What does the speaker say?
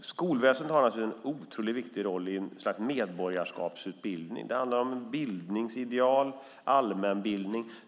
Skolväsendet har en otroligt viktig roll i ett slags medborgarskapsutbildning. Det handlar om bildningsideal och allmänbildning.